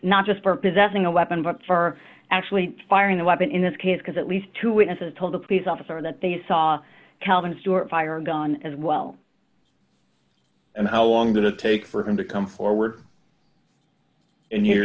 not just for possessing a weapon but for actually firing the weapon in this case because at least two witnesses told the police officer that they saw calvin's door fire a gun as well and how long did it take for him to come forward and